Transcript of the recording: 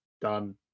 done